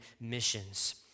missions